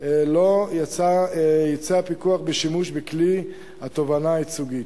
לא השתמש הפיקוח בכלי התובענה הייצוגית.